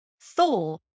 Thor